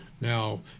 Now